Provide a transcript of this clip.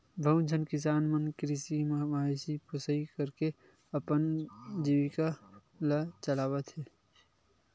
बहुत झन किसान मन कृषि म मवेशी पोसई करके अपन जीविका ल चलावत हे